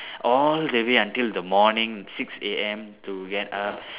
all the way until the morning six A_M to get up